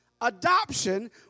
Adoption